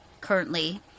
currently